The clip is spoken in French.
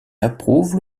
approuve